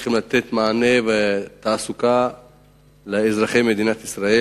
צריכים לתת מענה ותעסוקה לאזרחי מדינת ישראל,